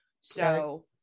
So-